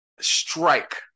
strike